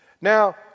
Now